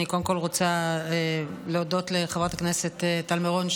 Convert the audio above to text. אני קודם כול רוצה להודות לחברת הכנסת טל מירון,